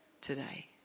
today